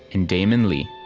and damon lee